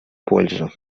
пользу